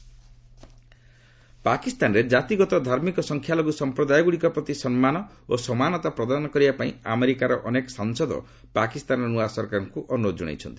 US Pak minorities ପାକିସ୍ତାନରେ ଜାତିଗତ ଓ ଧାର୍ମିକ ସଂଖ୍ୟାଲଘୁ ସଂପ୍ରଦାୟଗୁଡ଼ିକ ପ୍ରତି ସମ୍ମାନ ଓ ସମାନତା ପ୍ରଦର୍ଶନ କରିବା ପାଇଁ ଆମେରିକାର ଅନେକ ସାଂସଦ ପାକିସ୍ତାନର ନ୍ତଆ ସରକାରଙ୍କୁ ଅନୁରୋଧ ଜଣାଇଛନ୍ତି